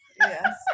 yes